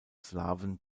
slawen